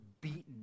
beaten